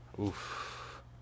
Oof